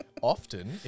Often